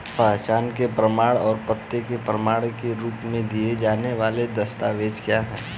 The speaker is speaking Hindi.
पहचान के प्रमाण और पते के प्रमाण के रूप में दिए जाने वाले दस्तावेज क्या हैं?